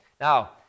Now